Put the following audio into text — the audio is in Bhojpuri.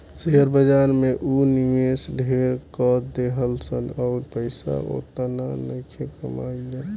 शेयर बाजार में ऊ निवेश ढेर क देहलस अउर पइसा ओतना नइखे कमइले